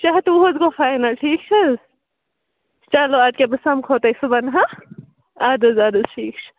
شےٚ ہَتھ تہٕ وُہ حظ گوٚو فاینَل ٹھیٖک چھِ حظ چلو آدٕ کیٛاہ بہٕ سَمکھو تۄہہِ صُبحن ہَہ آد حظ آد حظ ٹھیٖک چھِ